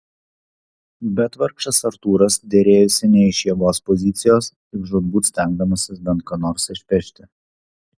bet vargšas artūras derėjosi ne iš jėgos pozicijos tik žūtbūt stengdamasis bent ką nors išpešti